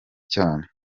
cyane